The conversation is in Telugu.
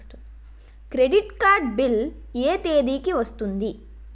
క్రెడిట్ కార్డ్ బిల్ ఎ తేదీ కి వస్తుంది?